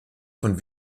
von